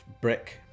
brick